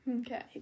Okay